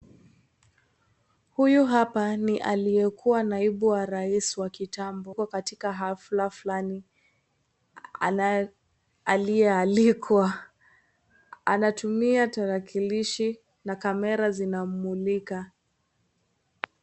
Huyu hapa ni aliyekuwa naibu wa rais wa kitambo ako katika hafla fulani aliyealikwa, anatumia tarakilishi na kamera zinamumlika.